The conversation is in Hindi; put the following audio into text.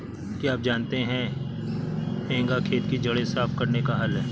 क्या आप जानते है हेंगा खेत की जड़ें साफ़ करने का हल है?